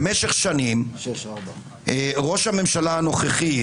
במשך שנים ראש הממשלה הנוכחי,